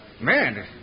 Man